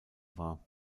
war